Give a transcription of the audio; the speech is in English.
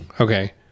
okay